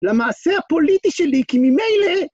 למעשה הפוליטי שלי כי ממילא